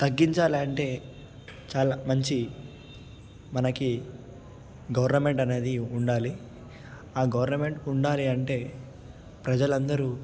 తగ్గించాలి అంటే చాలా మంచి మనకి గవర్నమెంట్ అనేది ఉండాలి ఆ గవర్నమెంట్ ఉండాలి అంటే ప్రజలందరూ